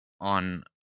on